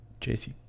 JC